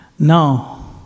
Now